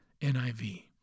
NIV